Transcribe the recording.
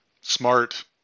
Smart